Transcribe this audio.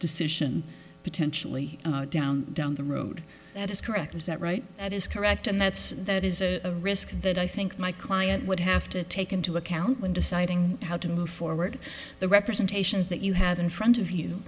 decision potentially down down the road that is correct is that right that is correct and that's that is a risk that i think my client would have to take into account when deciding how to move forward the representations that you have in front of you